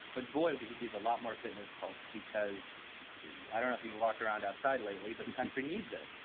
but boy, we can use a lot more fitness cults, because i don't know if you walk around outside lately, but the country needs it,